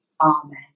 Amen